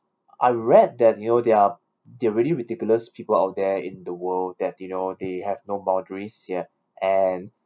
I read that you know they are they're really ridiculous people out there in the world that you know they have no boundaries ya and